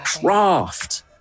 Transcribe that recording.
craft